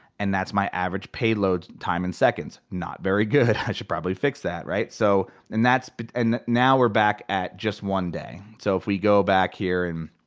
and that's my average page load time in seconds. not very good, should probably fix that, right? so and but and now we're back at just one day. so if we go back here and